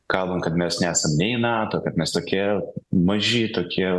kalbam kad mes nesam nei nato kad mes tokie maži tokie